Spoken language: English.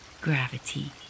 gravity